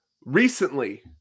Recently